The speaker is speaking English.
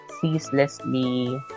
ceaselessly